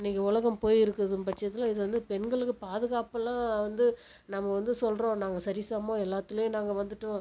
இன்றைக்கு உலகம் போய் இருக்கிறதன் பட்சத்தில் இது வந்து பெண்களுக்கு பாதுகாப்புலாம் வந்து நம்ம வந்து சொல்கிறோம் நாங்கள் சரி சமமாக எல்லாத்துலேயும் நாங்கள் வந்துட்டோம்